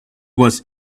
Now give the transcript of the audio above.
was